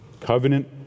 covenant